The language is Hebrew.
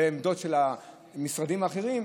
ועמדות של המשרדים האחרים,